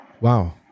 Wow